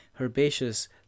Herbaceous